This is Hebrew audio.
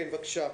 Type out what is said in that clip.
כן, בבקשה.